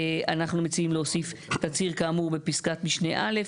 אנחנו מציעים להוסיף תצהיר כאמור בפסקת משנה א',